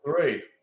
three